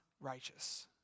righteous